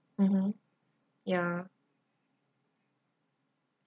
mmhmm ya